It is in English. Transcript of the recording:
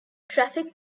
traffic